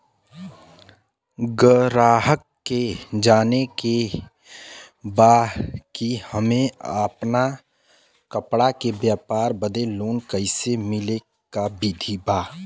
गराहक के जाने के बा कि हमे अपना कपड़ा के व्यापार बदे लोन कैसे मिली का विधि बा?